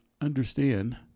understand